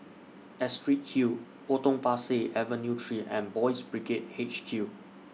Astrid Hill Potong Pasir Avenue three and Boys' Brigade H Q